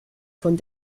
von